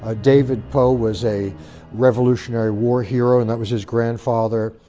ah david poe was a revolutionary war hero and that was his grandfather.